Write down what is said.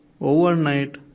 overnight